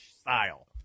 style